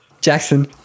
Jackson